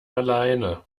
alleine